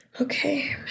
Okay